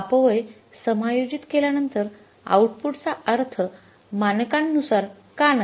अपव्यय समायोजित केल्यानंतर आउटपुटचा अर्थ मानकांनुसार का नाही